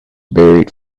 buried